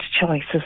choices